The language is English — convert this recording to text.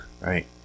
right